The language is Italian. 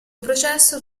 processo